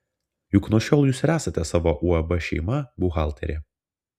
juk nuo šiol jūs ir esate savo uab šeima buhalterė